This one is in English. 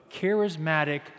charismatic